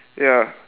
ya